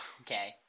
okay